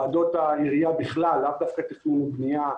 ועדות העירייה בכלל, לאו דווקא תכנון ובנייה,